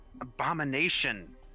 abomination